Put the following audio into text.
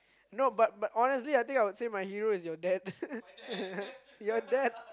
no but but honestly I think I would say my hero is your dad your dad